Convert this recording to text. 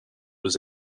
was